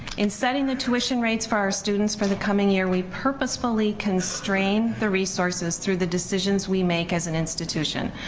in setting the tuition rates for our students for the coming year we purposefully constrain the resources through the decisions we make as an institution,